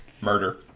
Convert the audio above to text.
Murder